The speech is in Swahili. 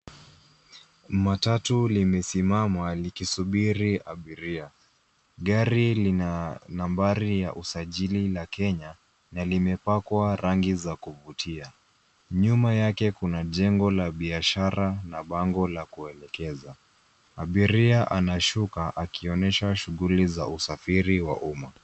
Matatu limesimama likisubiri abiria, gari lina nambari ya usajili la Kenya na limepakwa rangi za kuvutia. Nyuma yake kuna jengo la biashara na bango la kuelekeza, abiria anashuka akionyesha shughuli za usafiri wa umma.